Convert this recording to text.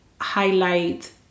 highlight